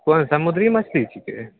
कोन समुद्री मछली छिकै